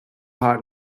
hot